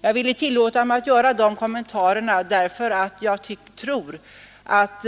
Jag har tillåtit mig att göra dessa kommentarer eftersom jag tror att